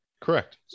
Correct